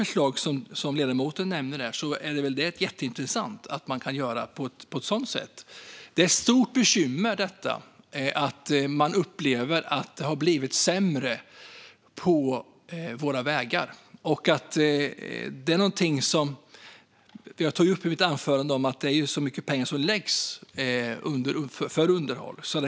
Förslaget som ledamoten nämnde är jätteintressant. Det är ett stort bekymmer att man upplever att det har blivit sämre på vägarna. Som jag tog upp i mitt anförande läggs det mycket pengar på underhåll.